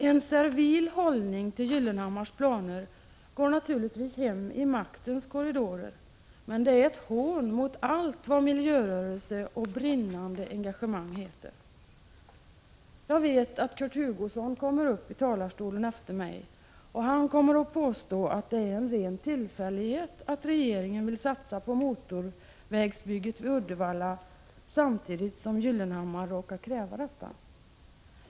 En servil hållning till Gyllenhammars planer går naturligtvis hem i maktens korridorer, men den är ett hån mot allt vad miljörörelse och brinnande engagemang heter. Jag vet att Kurt Hugosson kommer upp i talarstolen efter mig, och han kommer att påstå att det är en ren tillfällighet att regeringen vill satsa på motorvägsbygget vid Uddevalla samtidigt som Gyllenhammar råkar kräva detta.